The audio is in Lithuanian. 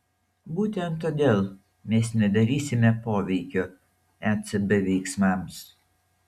būtent todėl mes nedarysime poveikio ecb veiksmams